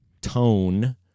tone